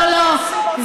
לא,